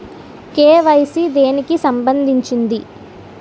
KYC దేనికి సంబందించింది?